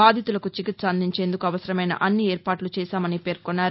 బాధితులకు చికిత్స అందించేందుకు అవసరమైన అన్ని ఏర్పాట్లు చేశామన్నారు